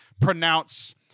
Pronounce